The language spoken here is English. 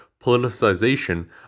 politicization